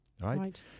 right